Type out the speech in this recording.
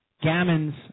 Gammons